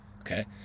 okay